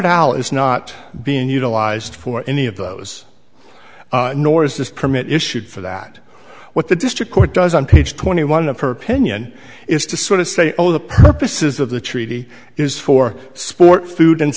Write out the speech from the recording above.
is not being utilized for any of those nor is this permit issued for that what the district court does on page twenty one of her opinion is to sort of say oh the purposes of the treaty is for sport food and